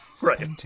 Right